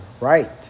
right